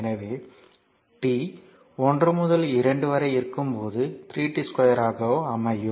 எனவே t 1 முதல் 2 வரை இருக்கும் போது 3 t2 dt ஆக அமையும்